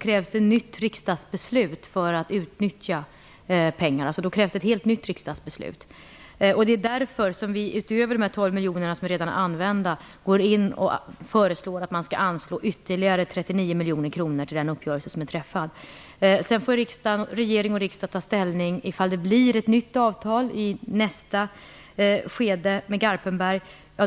krävs det ett helt nytt riksdagsbeslut för att pengarna skall få utnyttjas. Det är därför som vi, utöver de 12 miljoner som redan använts, går in och föreslår ett anslag om ytterligare 39 miljoner kronor till den uppgörelse som är träffad. Regering och riksdag får ta ställning ifall det blir ett nytt avtal i nästa skede med Garpenberg.